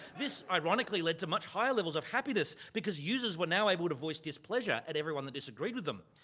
this ironically led to much higher levels of happiness because users were now able to voice displeasure at everyone that disagreed with them.